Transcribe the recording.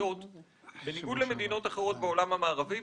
"בניגוד למדינות אחרות בעולם המערבי,